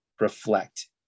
reflect